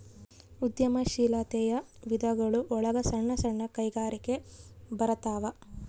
ಉದ್ಯಮ ಶೀಲಾತೆಯ ವಿಧಗಳು ಒಳಗ ಸಣ್ಣ ಸಣ್ಣ ಕೈಗಾರಿಕೆ ಬರತಾವ